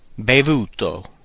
Bevuto